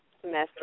semester